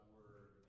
Word